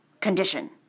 condition